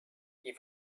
die